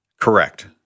Correct